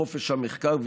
חופש המחקר,